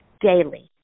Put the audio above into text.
daily